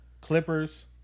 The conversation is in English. Clippers